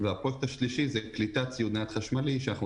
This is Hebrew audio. והפרויקט השלישי זה קליטת ציוד נייד חשמלי שאנחנו